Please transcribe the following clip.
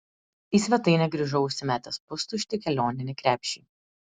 į svetainę grįžau užsimetęs pustuštį kelioninį krepšį